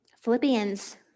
Philippians